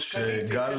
הוא מכר לי